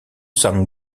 sang